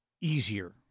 easier